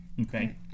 Okay